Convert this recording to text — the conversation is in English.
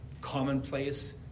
commonplace